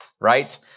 right